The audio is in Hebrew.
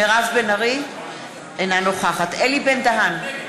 אינה נוכחת אלי בן-דהן,